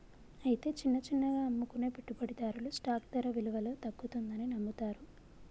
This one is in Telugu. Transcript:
అయితే చిన్న చిన్నగా అమ్ముకునే పెట్టుబడిదారులు స్టాక్ ధర విలువలో తగ్గుతుందని నమ్ముతారు